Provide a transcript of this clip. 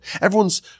Everyone's